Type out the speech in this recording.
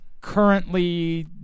currently